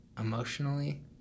emotionally